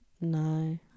No